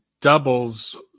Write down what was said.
doubles